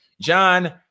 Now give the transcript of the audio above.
John